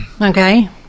Okay